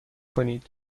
کنید